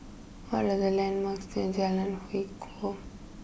what are the landmarks near Jalan Hwi Koh